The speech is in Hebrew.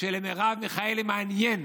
שאת מרב מיכאלי מעניין